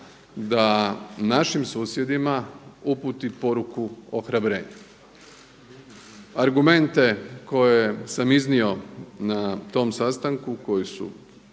da našim susjedima uputi poruku ohrabrenja. Argumente koje sam iznio na tom sastanku koji su